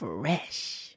Fresh